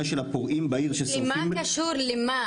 של הפורעים בעיר --- מה קשור למה?